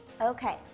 Okay